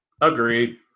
Agreed